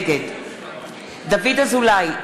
נגד דוד אזולאי,